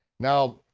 now,